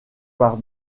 par